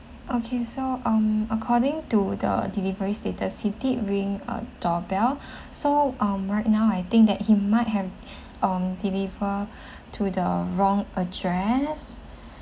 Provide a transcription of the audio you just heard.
okay so um according to the delivery status he did ring uh doorbell so um right now I think that he might have um deliver to the wrong address